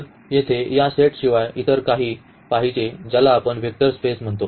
तर येथे या सेटशिवाय इतर काही पाहिजे ज्याला आपण वेक्टर स्पेस म्हणतो